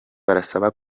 barasaba